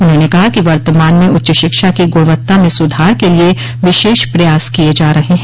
उन्होंने कहा कि वर्तमान में उच्च शिक्षा की गुणवत्ता में सुधार के लिये विशेष प्रयास किये जा रहे हैं